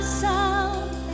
sound